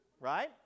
Right